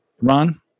Ron